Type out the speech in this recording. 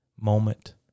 moment